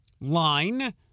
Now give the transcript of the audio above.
line